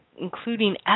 including